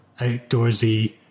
outdoorsy